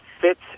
fits